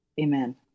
Amen